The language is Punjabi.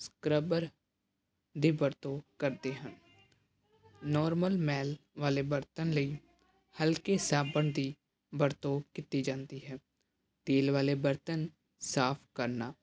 ਸਕ੍ਰਬਰ ਦੀ ਵਰਤੋਂ ਕਰਦੇ ਹਨ ਨੋਰਮਲ ਮੈਲ ਵਾਲੇ ਬਰਤਨ ਲਈ ਹਲਕੇ ਸਾਬਣ ਦੀ ਵਰਤੋਂ ਕੀਤੀ ਜਾਂਦੀ ਹੈ ਤੇਲ ਵਾਲੇ ਬਰਤਨ ਸਾਫ ਕਰਨਾ